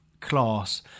class